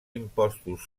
impostos